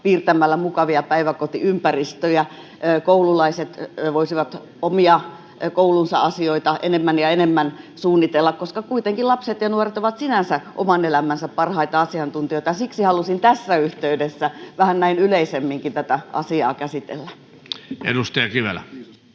piirtämällä mukavia päiväkotiympäristöjä, ja koululaiset voisivat oman koulunsa asioita enemmän ja enemmän suunnitella — koska kuitenkin lapset ja nuoret ovat sinänsä oman elämänsä parhaita asiantuntijoita, ja siksi halusin tässä yhteydessä vähän näin yleisemminkin tätä asiaa käsitellä. Puhemies!